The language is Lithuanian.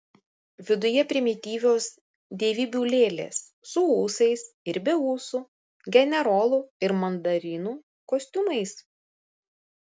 viduje primityvios dievybių lėlės su ūsais ir be ūsų generolų ir mandarinų kostiumais